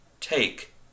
Take